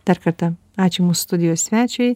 dar kartą ačiū mūsų studijos svečiui